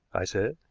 i said.